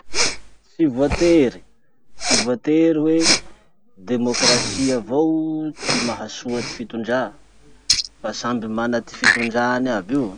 Tsy voatery! Tsy voatery hoe demokrasia avao ty mahasoa ty fitondrà fa samby mana ty fitondrany aby io.